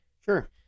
Sure